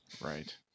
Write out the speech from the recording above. Right